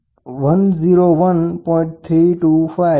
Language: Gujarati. બરાબર અથવા તેને 760 મીલીમીટર્સ Hg abs